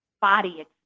body